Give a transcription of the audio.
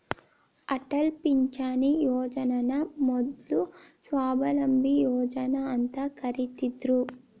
ಅಟಲ್ ಪಿಂಚಣಿ ಯೋಜನನ ಮೊದ್ಲು ಸ್ವಾವಲಂಬಿ ಯೋಜನಾ ಅಂತ ಕರಿತ್ತಿದ್ರು